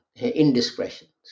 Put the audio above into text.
indiscretions